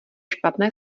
špatné